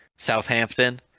Southampton